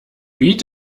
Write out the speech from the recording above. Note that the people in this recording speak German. beat